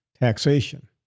taxation